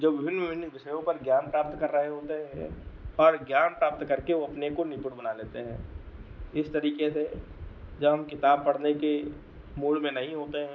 जो विभिन्न विभिन्न विषयों पर ज्ञान प्राप्त कर रहे होते हें और ज्ञान प्राप्त करके वो अपने को निपुण बना लेते हैं इस तरीके से जब हम किताब पढ़ने के मूड में नहीं होते हैं